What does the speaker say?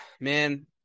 Man